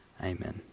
Amen